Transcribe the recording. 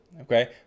Okay